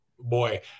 Boy